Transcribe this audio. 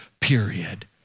period